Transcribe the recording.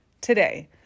today